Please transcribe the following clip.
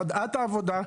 ידעה את העבודה,